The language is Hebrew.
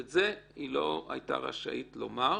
ואת זה היא לא היתה רשאית לומר.